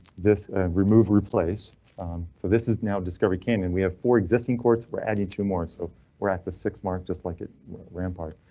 this remove replace for this is now discovery canyon. we have four existing courts. we're adding two more, so we're at the six mark just like it rampart.